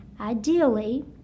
ideally